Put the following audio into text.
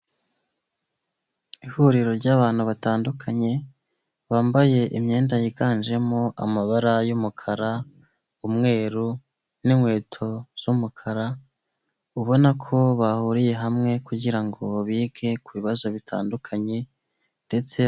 Ihuriro ry'abantu batandukanye bambaye imyenda yiganjemo amabara y'umukara, umweru n'inkweto z'umukara ubona ko bahuriye hamwe kugirango bige kubibazo bitandukanye ndetse.